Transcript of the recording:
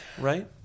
right